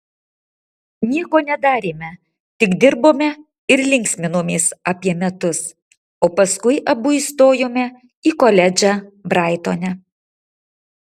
nieko nedarėme tik dirbome ir linksminomės apie metus o paskui abu įstojome į koledžą braitone